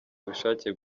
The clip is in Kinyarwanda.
ubushake